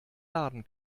laden